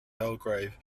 belgrave